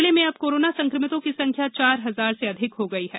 जिले में अब कोरोना संक्रमितों की संख्या चार हजार से अधिक हो गई है